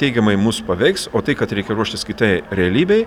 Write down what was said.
teigiamai mus paveiks o tai kad reikia ruoštis kitai realybei